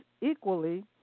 equally